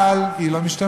מעל, ומעל היא לא משתמשת.